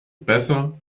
besser